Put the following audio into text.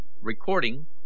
Recording